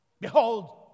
Behold